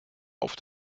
auf